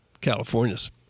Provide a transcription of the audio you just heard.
California's